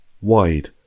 wide